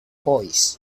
voice